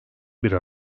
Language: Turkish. bir